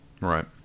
right